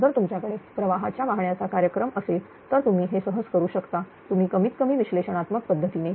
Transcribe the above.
जर तुमच्याकडे प्रवाहाच्या वाहण्याचा कार्यक्रम असे तर तुम्ही हे सहज करू शकता तुम्ही कमीत कमी विश्लेषणात्मक पद्धतीने